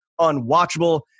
unwatchable